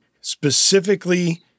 specifically